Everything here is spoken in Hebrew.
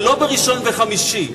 ולא בראשון וחמישי.